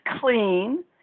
clean